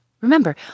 Remember